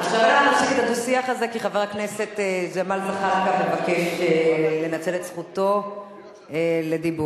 כי חבר הכנסת ג'מאל זחאלקה מבקש לנצל את זכותו לדיבור.